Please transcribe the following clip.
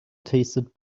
tasted